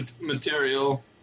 material